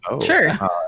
sure